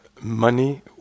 money